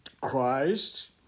Christ